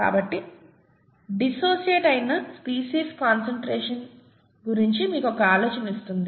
కాబట్టి డిసోసియేట్ అయిన species concentration గురించి మీకు ఒక ఆలోచన ఇస్తుంది